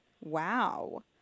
Wow